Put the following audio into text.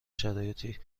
شرایطی